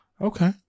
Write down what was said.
Okay